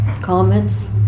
Comments